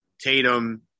Tatum